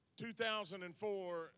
2004